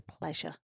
pleasure